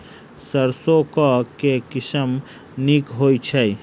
सैरसो केँ के किसिम नीक होइ छै?